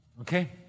Okay